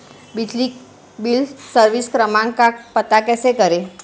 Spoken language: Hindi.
बिजली बिल सर्विस क्रमांक का पता कैसे करें?